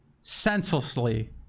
senselessly